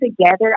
together